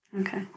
Okay